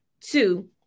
Two